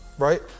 Right